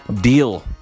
deal